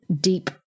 deep